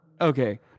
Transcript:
Okay